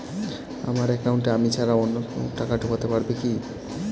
আমার একাউন্টে আমি ছাড়া অন্য কেউ টাকা ঢোকাতে পারবে কি?